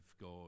God